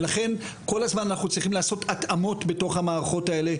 ולכן כל הזמן אנחנו צריכים לעשות התאמות בתוך המערכות האלה,